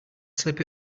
slip